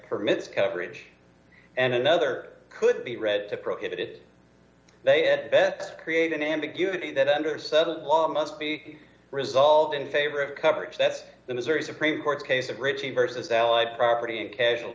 permits coverage and another could be read to prohibit it they had bet create an ambiguity that under sudden law must be resolved in favor of coverage that's the missouri supreme court's case of richie versus ally property and casual